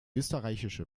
österreichische